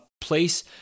place